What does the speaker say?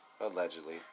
allegedly